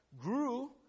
grew